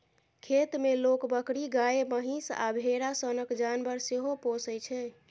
खेत मे लोक बकरी, गाए, महीष आ भेरा सनक जानबर सेहो पोसय छै